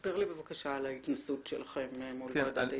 ספר לי בבקשה על ההתנסות שלכם מול ועדת העיזבונות.